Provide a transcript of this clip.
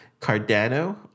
cardano